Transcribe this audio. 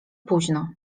późno